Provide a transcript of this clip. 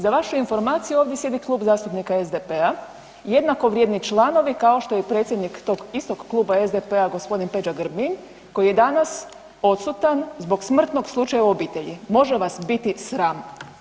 Za vašu informaciju ovdje sjedi Klub zastupnika SDP-a, jednakovrijedni članovi kao što je predsjednik tog istog Kluba SDP-a g. Peđa Grbin koji je danas odsutan zbog smrtnog slučaja u obitelji, može vas biti sram.